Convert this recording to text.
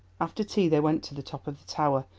after tea they went to the top of the tower,